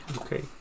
Okay